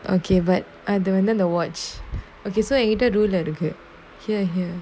okay but I do the watch okay so you either do ruler to here here here